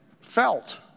felt